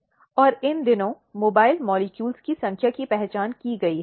slide समय 0741 देखें और इन दिनों मोबाइल अणुओं की संख्या की पहचान की गई है